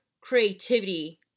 creativity